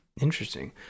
Interesting